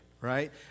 right